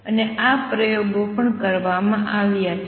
અને આ પ્રયોગો પણ કરવામાં આવ્યા છે